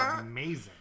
amazing